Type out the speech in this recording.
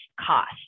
cost